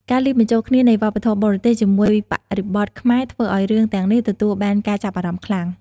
ការលាយបញ្ចូលគ្នានៃវប្បធម៌បរទេសជាមួយបរិបទខ្មែរធ្វើឱ្យរឿងទាំងនេះទទួលបានការចាប់អារម្មណ៍ខ្លាំង។